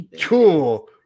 cool